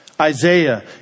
Isaiah